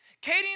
Katie